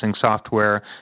software